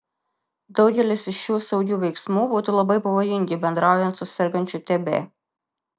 daugelis iš šių saugių veiksmų būtų labai pavojingi bendraujant su sergančiu tb